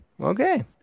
Okay